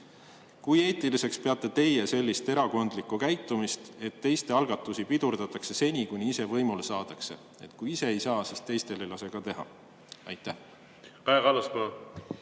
Kui eetiliseks peate teie sellist erakondlikku käitumist, et teiste algatusi pidurdatakse seni, kuni ise võimule saadakse, et kui ise ei saa, siis teistel ei lase ka teha? Tänan